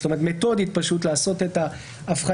זאת אומרת, מתודית לעשות ההבחנה.